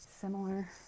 similar